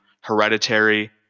hereditary